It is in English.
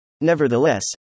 Nevertheless